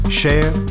share